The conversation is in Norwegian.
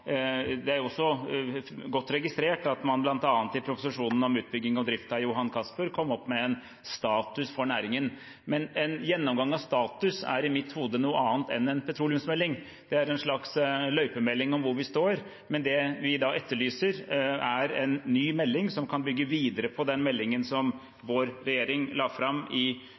også godt registrert at man bl.a. i proposisjonen om utbygging og drift av Johan Castberg kom opp med en status for næringen. Men en gjennomgang av status er i mitt hode noe annet enn en petroleumsmelding. Det er en slags løypemelding om hvor vi står, men det vi etterlyser, er en ny melding som kan bygge videre på den meldingen som vår regjering la fram i